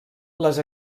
les